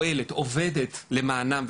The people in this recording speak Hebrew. עובדת ופועלת למענם,